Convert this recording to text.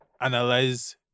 analyze